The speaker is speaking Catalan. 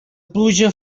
pluja